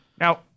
Now